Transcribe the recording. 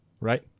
right